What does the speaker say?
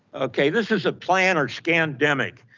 okay, this is a plan or scamdemic.